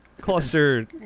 cluster